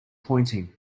pointing